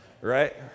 Right